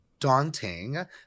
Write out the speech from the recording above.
Daunting